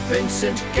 Vincent